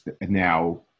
Now